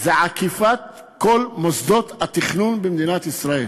זה עקיפת כל מוסדות התכנון במדינת ישראל.